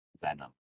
Venom